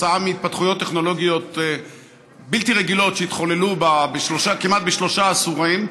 וכתוצאה מהתפתחויות טכנולוגיות בלתי רגילות שהתחוללו בשלושה עשורים,